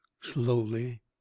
Slowly